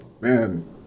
man